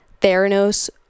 Theranos